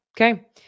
Okay